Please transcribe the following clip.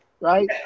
right